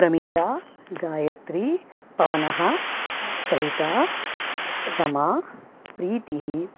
प्रमीला गायत्री पवनः सरिता रमा प्रीतिः